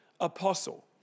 apostle